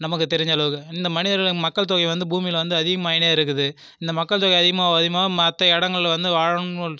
நமக்கு தெரிஞ்சளவுக்கு இந்த மனிதர்கள் மக்கள் தொகை வந்து பூமியில் வந்து அதிகமாயினே இருக்குது இந்த மக்கள் தொகை அதிகமாக அதிகமாக மற்ற இடங்கள் வந்து வாழணும்னு